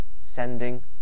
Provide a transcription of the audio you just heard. Sending